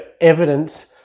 evidence